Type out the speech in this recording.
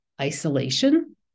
isolation